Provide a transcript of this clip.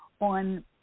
on